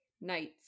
nights